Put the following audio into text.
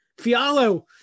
Fialo